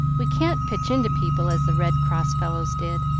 we can't pitch into people as the red cross fellows did,